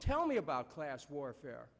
tell me about class warfare